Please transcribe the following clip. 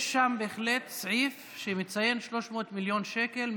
יש שם בהחלט סעיף שמציין 300 מיליון שקל,